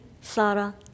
Sara